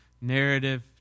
Narrative